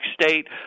State